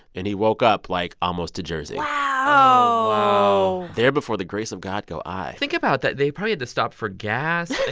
and he woke up, like, almost to jersey wow. wow there but for the grace of god go i think about that. they probably had to stop for gas. i